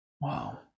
wow